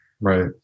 Right